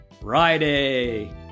friday